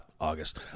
August